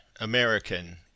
American